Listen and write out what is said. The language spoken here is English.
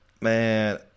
Man